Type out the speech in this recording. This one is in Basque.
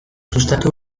sustatu